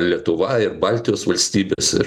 lietuva ir baltijos valstybės ir